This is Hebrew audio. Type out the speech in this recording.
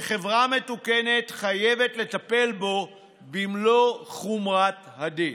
שחברה מתוקנת חייבת לטפל בו במלוא חומרת הדין.